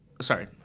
Sorry